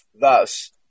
Thus